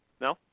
No